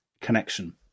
connection